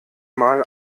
mal